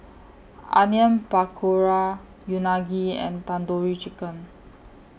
Onion Pakora Unagi and Tandoori Chicken